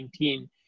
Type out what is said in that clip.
2019